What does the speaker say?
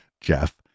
Jeff